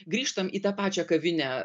grįžtam į tą pačią kavinę